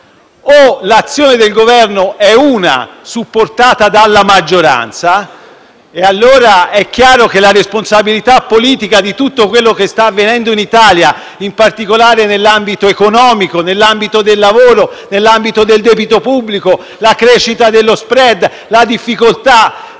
o l'azione del Governo è una, supportata dalla maggioranza, e allora è chiaro che la responsabilità politica di tutto quello che sta avvenendo in Italia (in particolare negli ambiti dell'economia e del lavoro, e quindi del debito pubblico, della crescita dello *spread* e della difficoltà